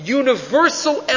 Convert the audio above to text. universal